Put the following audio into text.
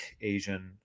Asian